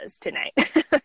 tonight